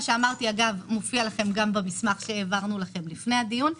שאמרתי מופיע גם במסמך שהעברנו לכם לפני הדיון,